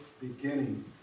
beginning